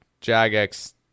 Jagex